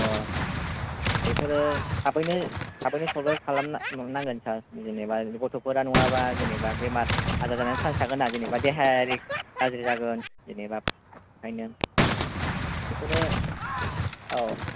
बेफोरो थाबैनो थाबैनो सरजाब खालाम खालामनांगोन सार जेनोबा गथ'फोरा नङाबा जेनोबा बेराम आजार जानायनि सनस थागोनना जेनबा देहायारि गाज्रि जागोन जेनोबा बिखायनो बिखौनो औ